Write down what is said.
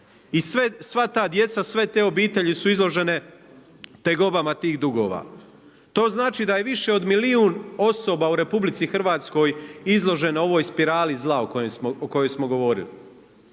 i sva ta djeca i sve te obitelji su izložene tegobama tih dugova. To znači da je više od milijun osoba u RH izloženo ovoj spirali zla o kojoj smo govorili.